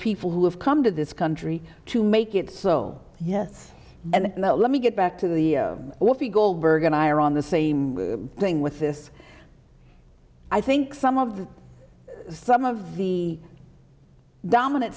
people who have come to this country to make it so yes and let me get back to the offer you goldberg and i are on the same thing with this i think some of the some of the dominant